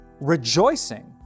rejoicing